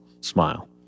smile